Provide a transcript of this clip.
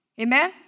Amen